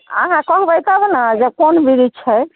अहाँ कहबै तब ने जे कोन वृच्छ हइ